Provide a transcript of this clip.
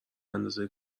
اندازه